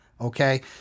Okay